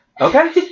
Okay